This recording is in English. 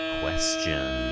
question